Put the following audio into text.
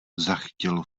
zachtělo